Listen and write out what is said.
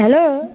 hello